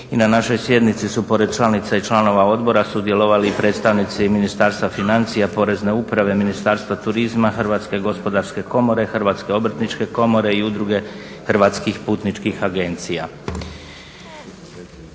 i na našoj sjednici su pored članica i članova odjela sudjelovali i predstavnici Ministarstva financija, porezne uprave, Ministarstva turizma, Hrvatske gospodarske komore, Hrvatske obrtničke komore i Udruge Hrvatskih putničkih agencija.